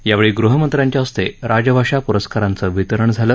यावेळी गृहमंत्र्यांच्या हस्ते राजभाषा प्रस्काराचं वितरण झालं